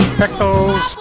pickles